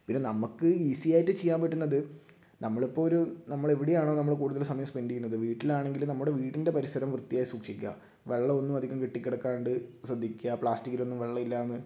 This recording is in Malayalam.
പിന്നെ നമുക്ക് ഈസി ആയിട്ട് ചെയ്യാൻ പറ്റുന്നത് നമ്മളിപ്പോൾ ഒരു നമ്മൾ എവിടെയാണോ നമ്മൾ കൂടുതൽ സമയം സ്പെൻ്റ് ചെയ്യുന്നത് വീട്ടിലാണെങ്കിലും നമ്മുടെ വീടിൻ്റെ പരിസരം വൃത്തിയായി സൂക്ഷിക്കുക വെള്ളമൊന്നും അധികം കെട്ടി കിടക്കാണ്ട് ശ്രദ്ധിക്കുക പ്ലാസ്റ്റിക്കിലൊന്നും വെള്ളം ഇല്ലയെന്ന്